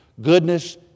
Goodness